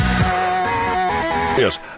Yes